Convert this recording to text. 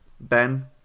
Ben